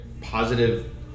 positive